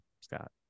Scott